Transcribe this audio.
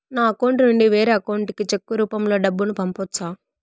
నా అకౌంట్ నుండి వేరే అకౌంట్ కి చెక్కు రూపం లో డబ్బును పంపొచ్చా?